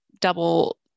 double